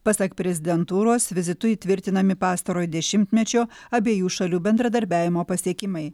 pasak prezidentūros vizitu įtvirtinami pastarojo dešimtmečio abiejų šalių bendradarbiavimo pasiekimai